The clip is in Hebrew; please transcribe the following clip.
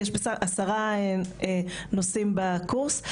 ישנם עשרה נושאים בקורס,